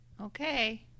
Okay